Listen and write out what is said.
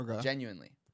Genuinely